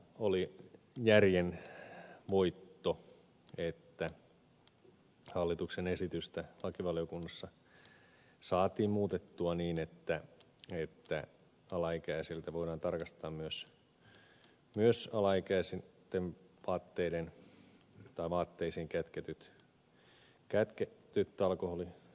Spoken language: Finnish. oli järjen voitto että hallituksen esitystä lakivaliokunnassa saatiin muutettua niin että alaikäisiltä voidaan tarkastaa myös vaatteisiin kätketyt alkoholijuomat eikä ainoastaan kasseja